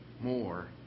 more